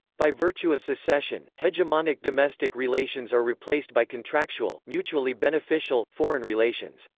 by virtue of secession, hegemonic domestic relations are replaced by contractual mutually beneficial foreign relations.